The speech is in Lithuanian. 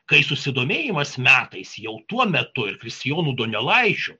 kai susidomėjimas metais jau tuo metu ir kristijonu donelaičiu